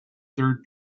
third